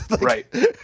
Right